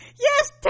yes